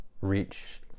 reach